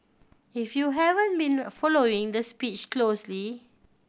if you haven't been a following the speech closely